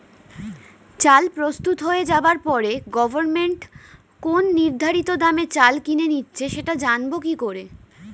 চাল প্রস্তুত হয়ে যাবার পরে গভমেন্ট কোন নির্ধারিত দামে চাল কিনে নিচ্ছে সেটা জানবো কি করে?